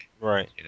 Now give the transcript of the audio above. Right